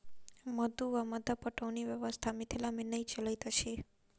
मद्दु वा मद्दा पटौनी व्यवस्था मिथिला मे नै चलैत अछि